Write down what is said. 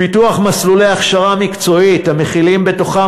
"פיתוח מסלולי הכשרה מקצועית המכילים בתוכם